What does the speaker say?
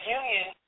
union